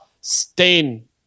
stain